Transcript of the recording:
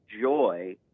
joy